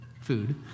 food